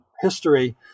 history